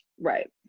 Right